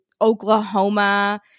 Oklahoma